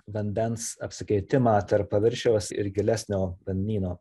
vandens apsikeitimą tarp paviršiaus ir gilesnio vandenyno